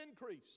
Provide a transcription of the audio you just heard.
increase